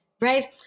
Right